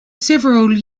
several